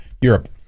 Europe